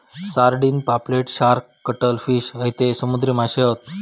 sardine, पापलेट, shark, cuttlefish हयते समुद्री माशे हत